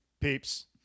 peeps